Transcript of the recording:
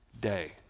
day